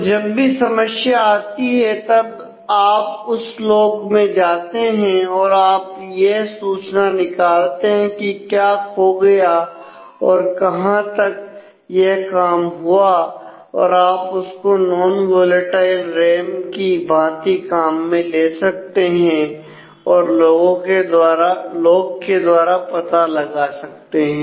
तो जब भी समस्या आती है तब आप उस लोग में जाते हैं और आप वह सूचना निकालते हैं कि क्या खो गया और कहां तक यह काम हुआ और आप इसको नॉन्वोलेटाइल रैम के भांति काम में ले सकते हैं और लोग के द्वारा पता लगा सकते हैं